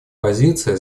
позиция